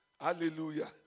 Hallelujah